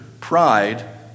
pride